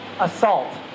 Assault